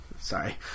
Sorry